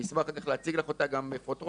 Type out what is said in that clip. אני אשמח להציג לך אותה גם בפרוטרוט.